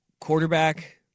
quarterback